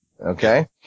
Okay